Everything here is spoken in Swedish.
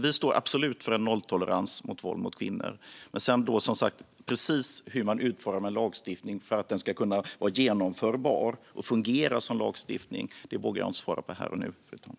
Vi står absolut för nolltolerans mot våld mot kvinnor, men precis hur man utformar lagstiftningen för att den ska kunna vara genomförbar och fungera som lagstiftning vågar jag inte svara på här och nu, fru talman.